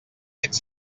ets